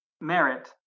merit